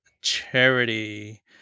charity